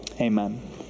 Amen